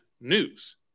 news